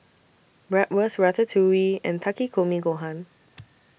Bratwurst Ratatouille and Takikomi Gohan